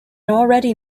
already